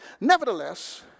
Nevertheless